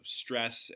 stress